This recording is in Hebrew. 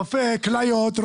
לרופא כליות.